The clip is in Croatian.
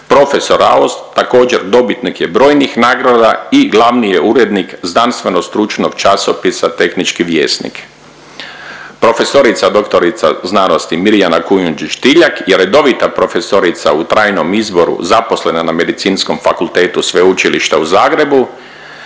profesor Raos također dobitnik je brojnih nagrada i glavni je urednik Znanstveno stručnog časopisa „Tehnički vjesnik“. Prof.dr.sc. Mirjana Kujundžić Tiljak je redovita profesorica u trajnom izboru zaposlena na Medicinskom fakultetu Sveučilišta u Zagrebu,